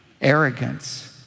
arrogance